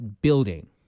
building